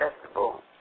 festival